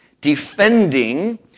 defending